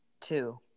Two